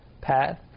path